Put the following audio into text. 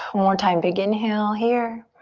more time, big inhale here.